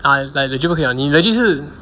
ah like that 就不可以了你 legit 是